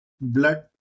blood